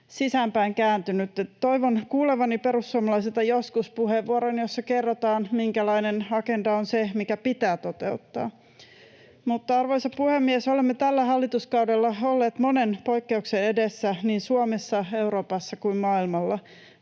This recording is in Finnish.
sisäänpäin kääntynyt. Toivon kuulevani perussuomalaisilta joskus puheenvuoron, jossa kerrotaan, minkälainen agenda on se, mikä pitää toteuttaa. [Mauri Peltokangas: Tulemme kertomaan!] Arvoisa puhemies! Olemme tällä hallituskaudella olleet monen poikkeuksen edessä niin Suomessa, Euroopassa kuin maailmalla.